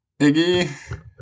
Iggy